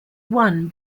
won